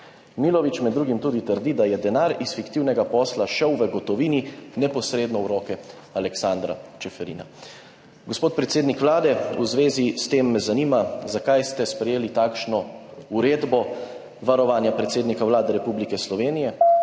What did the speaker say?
Milović med drugim tudi trdi, da je denar iz fiktivnega posla šel v gotovini neposredno v roke Aleksandra Čeferina. Gospod predsednik Vlade, v zvezi s tem me zanima: Zakaj ste sprejeli takšno uredbo varovanja predsednika Vlade Republike Slovenije?